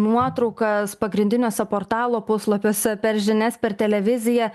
nuotraukas pagrindiniuose portalo puslapiuose per žinias per televiziją